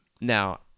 Now